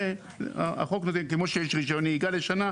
זה החוק וזה כמו שיש רישיון נהיגה לשנה,